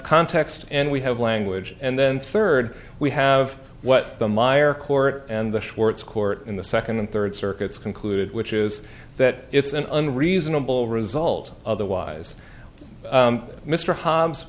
context and we have language and then third we have what the myer court and the schwartz court in the second and third circuits concluded which is that it's an unreasonable result otherwise mr h